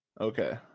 Okay